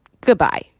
Goodbye